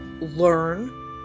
learn